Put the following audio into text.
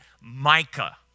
Micah